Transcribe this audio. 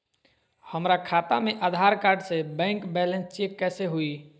हमरा खाता में आधार कार्ड से बैंक बैलेंस चेक कैसे हुई?